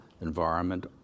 environment